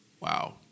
Wow